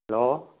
hello